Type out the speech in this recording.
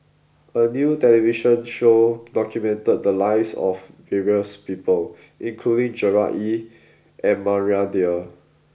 a new television show documented the lives of various people including Gerard Ee and Maria Dyer